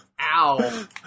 Ow